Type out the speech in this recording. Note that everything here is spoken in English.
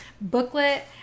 booklet